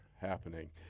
happening